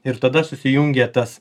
ir tada susijungia tas